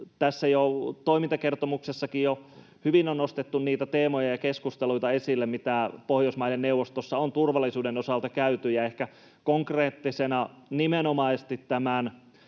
Tässä toimintakertomuksessakin jo hyvin on nostettu niitä teemoja ja keskusteluita esille, mitä Pohjoismaiden neuvostossa on turvallisuuden osalta käyty, ehkä konkreettisena nimenomaisesti